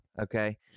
Okay